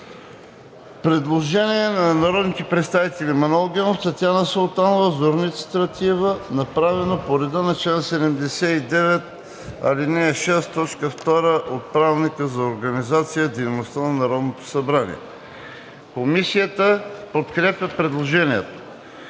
Предложение на народните представители Манол Генов, Татяна Султанова, Зорница Стратиева, направено по реда на чл. 79, ал. 6, т. 2 от Правилника за организацията и дейността на Народното събрание. Комисията подкрепя предложението.